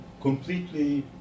completely